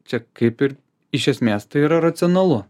čia kaip ir iš esmės tai yra racionalu